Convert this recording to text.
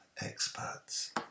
experts